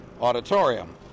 auditorium